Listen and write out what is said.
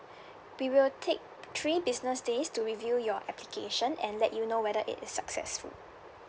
we will take three business days to review your application and let you know whether it is successful